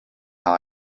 how